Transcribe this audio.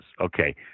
okay